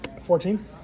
Fourteen